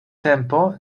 tempo